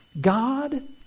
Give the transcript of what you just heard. God